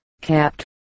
Capt